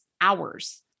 hours